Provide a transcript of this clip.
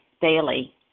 daily